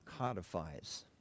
codifies